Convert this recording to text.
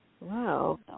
Wow